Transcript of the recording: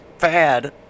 bad